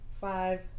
five